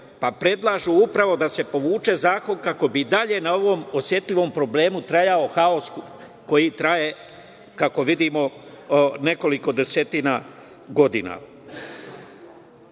pa predlažu upravo da se povuče zakon, kako bi dalje na ovom osetljivom problemu trajao haos koji traje, kako vidimo, nekoliko desetina godina. Cilj